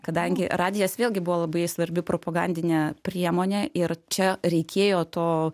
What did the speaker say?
kadangi radijas vėlgi buvo labai svarbi propagandinė priemonė ir čia reikėjo to